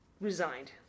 resigned